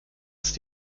ist